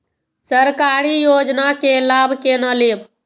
सरकारी योजना के लाभ केना लेब?